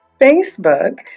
Facebook